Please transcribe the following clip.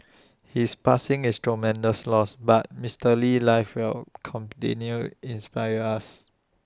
his passing is tremendous loss but Mister Lee's life will continue inspire us